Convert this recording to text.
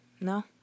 No